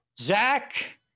Zach